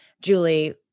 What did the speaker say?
Julie